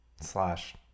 Slash